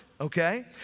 okay